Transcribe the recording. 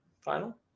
Final